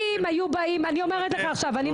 אם היו באים --- זה גם